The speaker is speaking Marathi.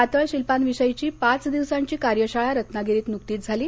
कातळशिल्पांविषयीची पाच दिवसांची कार्यशाळा रत्नागिरीत झाली